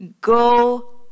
Go